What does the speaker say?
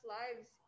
lives